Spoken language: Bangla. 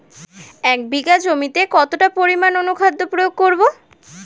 এক বিঘা জমিতে কতটা পরিমাণ অনুখাদ্য প্রয়োগ করব?